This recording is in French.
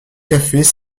cafés